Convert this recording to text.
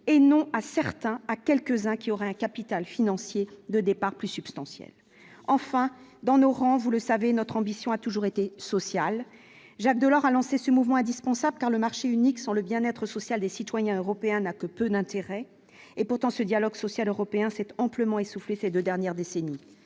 et non à certains à quelques-uns qui aura un capital financier de départ plus substantiel enfin dans nos rangs, vous le savez, notre ambition a toujours été social, Jacques Delors a lancé ce mouvement indispensable car le marché unique sur le bien-être social des citoyens européens n'a que peu d'intérêt, et pourtant ce dialogue social européen cette amplement essoufflée ces 2 dernières décennies,